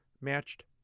matched